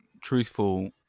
truthful